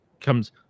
comes